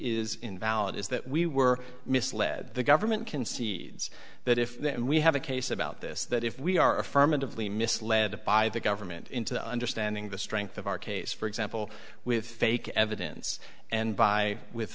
is invalid is that we were misled the government can see that if then we have a case about this that if we are affirmatively misled by the government into understanding the strength of our case for example with fake evidence and by with